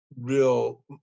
real